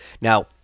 Now